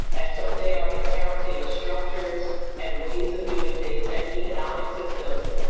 and so they are inheriting structures and ways of doing things and economic systems.